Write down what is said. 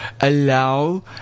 Allow